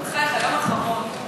זה היום האחרון.